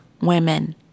women